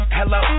hello